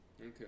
Okay